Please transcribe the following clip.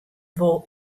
wol